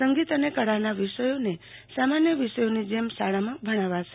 સંગીત અને કળાના વિષયોને સામાન્ય વિષયોની જેમ શાળામાં ભણાવાશે